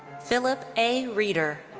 phillip a. reeder.